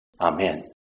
Amen